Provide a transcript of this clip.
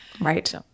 Right